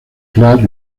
claire